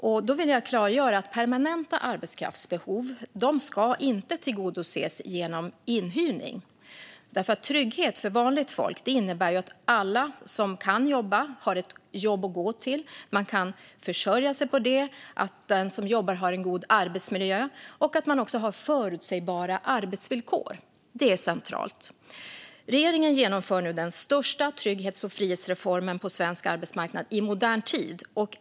Jag vill klargöra att permanenta arbetskraftsbehov inte ska tillgodoses genom inhyrning. Trygghet för vanligt folk innebär att alla som kan jobba har ett jobb att gå till, att man kan försörja sig på det, att den som jobbar har en god arbetsmiljö och att man också har förutsägbara arbetsvillkor. Det är centralt. Regeringen genomför nu den största trygghets och frihetsreformen på svensk arbetsmarknad i modern tid.